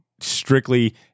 strictly